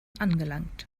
angelangt